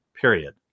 period